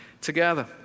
together